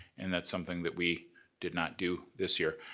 and that's something that we did not do this year.